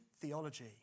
theology